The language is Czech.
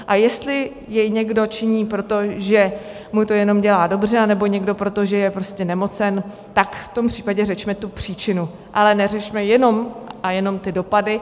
A jestli jej někdo činí proto, že mu to jenom dělá dobře, anebo někdo, protože je prostě nemocen, tak v tom případě řešme tu příčinu, ale neřešme jenom a jenom ty dopady.